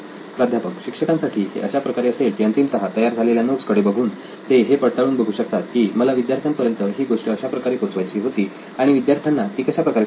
प्राध्यापक शिक्षकांसाठी हे अशा प्रकारे असेल की अंतिमतः तयार झालेल्या नोट्सकडे बघून ते हे पडताळून बघू शकतात की मला विद्यार्थ्यांपर्यंत ही गोष्ट अशाप्रकारे पोचवायची होती आणि विद्यार्थ्यांना ती कशाप्रकारे समजली